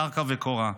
קרקע וקורה.